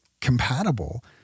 compatible